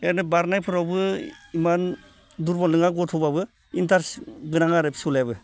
ओरैनो बारनायफोरावबो इमान दुरबल नङा गथ'ब्लाबो इन्ट्रेस्ट गोनां आरो फिसौज्लायाबो